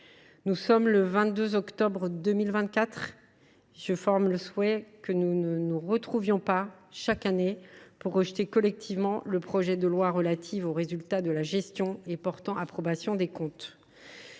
Nous sommes le 22 octobre 2024, et je forme le souhait que nous ne nous retrouvions pas chaque année pour rejeter le projet de loi relative aux résultats de la gestion et portant approbation des comptes